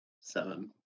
seven